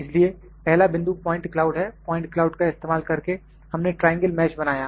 इसलिए पहला बिंदु प्वाइंट क्लाउड है प्वाइंट क्लाउड का इस्तेमाल करके हमने ट्रायंगल मैश बनाया